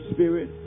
Spirit